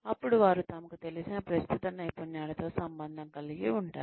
అప్పుడు వారు తమకు తెలిసిన ప్రస్తుత నైపుణ్యాలతో సంబంధం కలిగి ఉంటారు